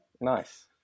Nice